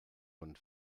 von